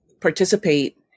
participate